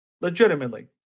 legitimately